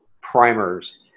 primers